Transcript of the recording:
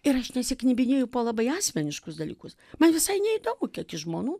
ir aš nesiknebinėju po labai asmeniškus dalykus man visai neįdomu kiek jis žmonų